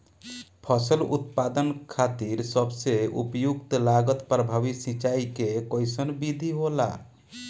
फसल उत्पादन खातिर सबसे उपयुक्त लागत प्रभावी सिंचाई के कइसन विधि होला?